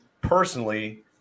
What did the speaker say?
personally